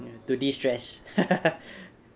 to de-stress